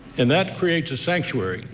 and that creates a sanctuary.